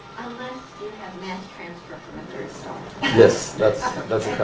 unless you have mass transfer from a third star. yes, that's